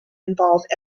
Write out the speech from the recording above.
involve